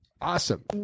Awesome